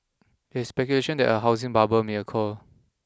there is speculation that a housing bubble may occur